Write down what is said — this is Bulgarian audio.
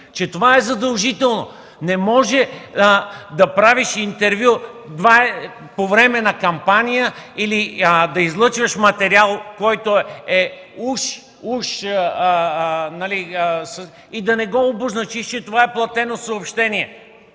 че то е задължително! Не може да правиш интервю по време на кампания или да излъчваш материал и да не обозначиш, че това е платено съобщение!